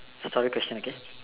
story question okay